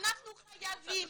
אנחנו חייבים,